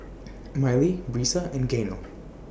Mylee Brisa and Gaynell